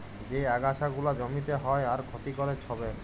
যে আগাছা গুলা জমিতে হ্যয় আর ক্ষতি ক্যরে ছবের